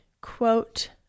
quote